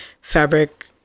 fabric